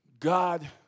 God